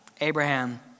Abraham